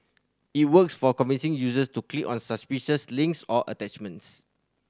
it works for convincing users to click on suspicious links or attachments